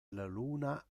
luna